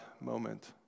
moment